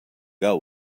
got